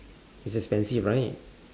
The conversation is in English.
it's expensive right